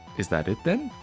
is that it then?